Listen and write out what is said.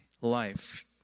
life